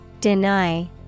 Deny